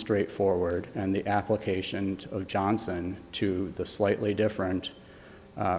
straightforward and the application of johnson to the slightly different